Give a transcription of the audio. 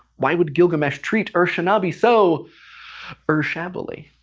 why would gilgamesh treat ur-shanabi so ur-shabbily?